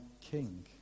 King